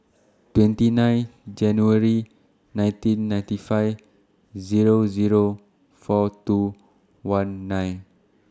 twenty nine January nineteen ninety five Zero Zero four two one nine